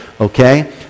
okay